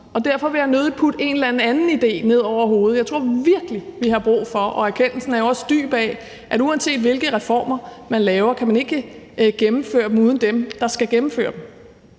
om. Derfor vil jeg nødig putte en eller anden anden idé ned over hovedet på skolen. Og der er en dyb erkendelse af, at uanset hvilke reformer man laver, kan man ikke gennemføre dem uden dem, der skal gennemføre dem.